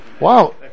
Wow